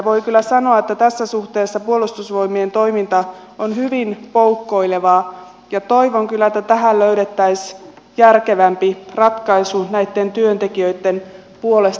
voi kyllä sanoa että tässä suhteessa puolustusvoimien toiminta on hyvin poukkoilevaa ja toivon kyllä että tähän löydettäisiin järkevämpi ratkaisu näitten työntekijöitten puolesta